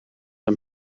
een